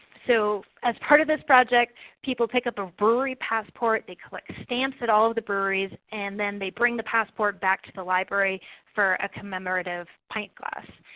so as part of this project people pick up a brewery passport. they collect stamps at all of the breweries, and then they bring the passport back to the library for a commemorative pint glass.